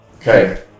Okay